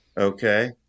Okay